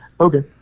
okay